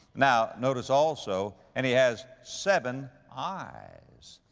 now notice also, and he has seven eyes.